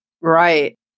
Right